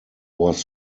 was